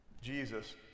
Jesus